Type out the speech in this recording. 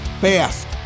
fast